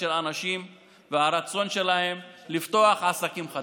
של האנשים והרצון שלהם לפתוח עסקים חדשים.